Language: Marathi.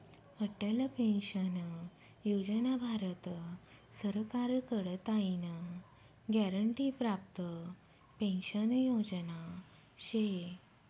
अटल पेंशन योजना भारत सरकार कडताईन ग्यारंटी प्राप्त पेंशन योजना शे